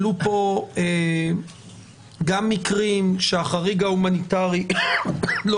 עלו פה גם מקרים שהחריג ההומניטרי לא